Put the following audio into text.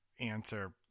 answer